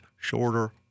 shorter